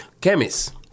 chemist